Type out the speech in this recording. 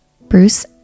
Bruce